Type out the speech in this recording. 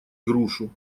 грушу